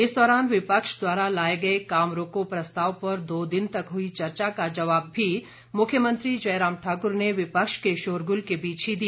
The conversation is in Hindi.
इस दौरान विपक्ष द्वारा लाए गए काम रोको प्रस्ताव पर दो दिन तक हुई चर्चा का जवाब भी मुख्यमंत्री जयराम ठाकुर ने विपक्ष के शोरगुल के बीच ही दिया